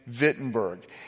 Wittenberg